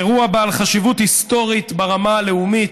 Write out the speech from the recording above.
אירוע בעל חשיבות היסטורית ברמה הלאומית,